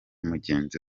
mugenzi